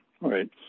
right